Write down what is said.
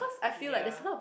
ya